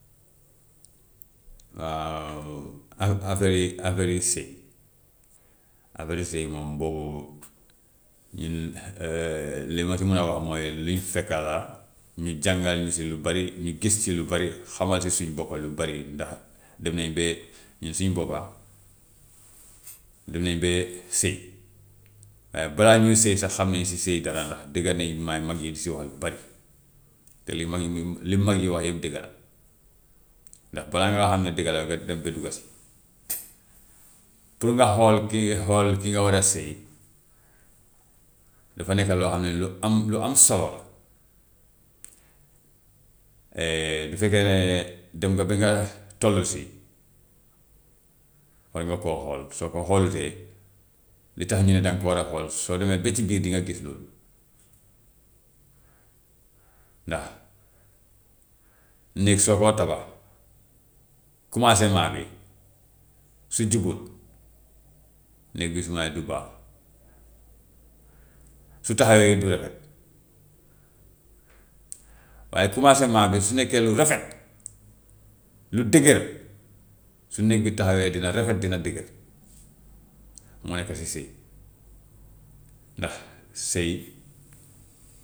Waaw ak afeeri afeeri sëy, afeeri sëy moom boobu ñun li ma si mën a wax mooy li ñu fi fekka la, ñu jàngal ñu si lu bari, ñu gis si lu bari, xamal si suñu boppa lu bari, ndax dem nañu ba ñun suñu boppa dem nañu ba sëy, waaye balaa ñuy sëy sax xam nañ si sëy dara ndax dégga nañu mi mag yi di si wax lu bari, te li mag ñi, li mag yi wax lépp dëgga la. Ndax balaa ngaa xam ne dëgga la nga dem ba dugga si. Pour nga xool kii, xool ki nga war a sëy dafa nekk loo xam ne lu am lu am solo la. bu fekkee ne démba bi ngay toll si war nga koo xool, soo ko xoolutee li tax ñu ne danga ko war a xool soo demee ba ci biir dinga gis loolu. Ndax néeg soo koo tabax commencement bi su jubut néeg bi su mayul du baax, su taxawee it du rafet, waaye commencement bi su nekkee lu rafet, lu dëgër, su néeg bi taxawee dina rafet, dina dëgër, moo nekk si sëy. Ndax sëy.